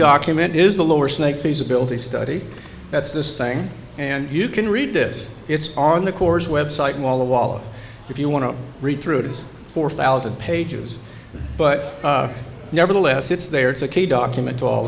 document is the lower snake feasibility study that's this thing and you can read this it's on the cores website walla walla if you want to read through it it's four thousand pages but nevertheless it's there it's a key document to all